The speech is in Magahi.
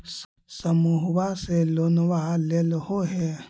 समुहवा से लोनवा लेलहो हे?